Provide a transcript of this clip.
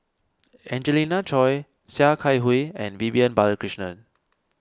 Angelina Choy Sia Kah Hui and Vivian Balakrishnan